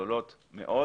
גדולות מאוד